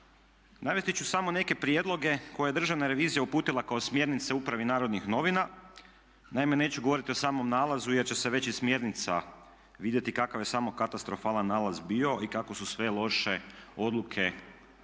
Navesti ću samo neke prijedloge koje je Državna revizija uputila kao smjernice upravi Narodnih novina. Naime, neću govoriti o samom nalazu jer će se već iz smjernica vidjeti kakav je samo katastrofalan nalaz bio i kako su sve loše odluke donesene